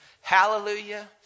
hallelujah